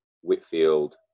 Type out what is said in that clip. Whitfield